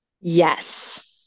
Yes